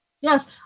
Yes